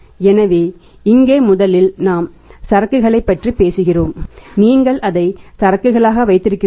எனவே இங்கே முதலில் நாம் சரக்குகளைப் பற்றி பேசுகிறோம் நீங்கள் அதை சரக்குகளாக வைத்திருக்கிறீர்கள்